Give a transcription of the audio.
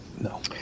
No